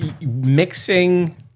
mixing